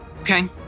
okay